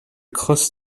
cross